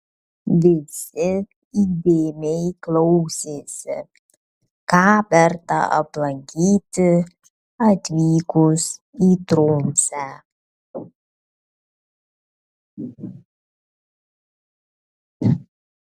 visi įdėmiai klausėsi ką verta aplankyti atvykus į tromsę